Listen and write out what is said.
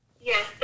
Yes